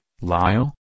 Lyle